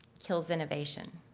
kills innovation.